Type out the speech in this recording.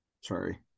sorry